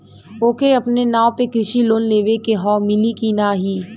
ओके अपने नाव पे कृषि लोन लेवे के हव मिली की ना ही?